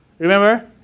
Remember